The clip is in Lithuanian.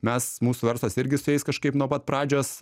mes mūsų verslas irgi su jais kažkaip nuo pat pradžios